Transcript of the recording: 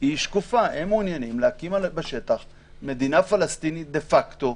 היא שקופה הם מעוניינים להקים בשטח מדינה פלסטינית דה פקטו,